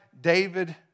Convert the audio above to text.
David